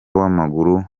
w’amaguru